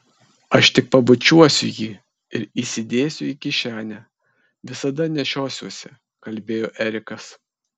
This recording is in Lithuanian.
aš tik pabučiuosiu jį ir įsidėsiu į kišenę visada nešiosiuosi kalbėjo erikas